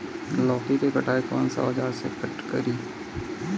लौकी के कटाई कौन सा औजार से करी?